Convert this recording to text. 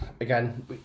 again